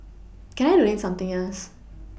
can I donate something else